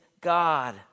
God